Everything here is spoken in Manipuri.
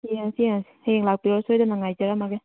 ꯌꯦꯡꯉꯁꯤ ꯌꯦꯡꯉꯁꯤ ꯍꯌꯦꯡ ꯂꯥꯛꯄꯤꯔꯣ ꯁꯣꯏꯗꯅ ꯉꯥꯏꯖꯔꯝꯃꯒꯦ